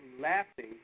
laughing